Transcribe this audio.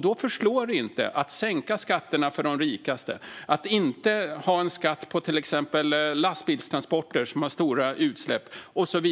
Då förslår det inte att sänka skatterna för de rikaste och att inte ha en skatt på till exempel lastbilstransporter, som har stora utsläpp.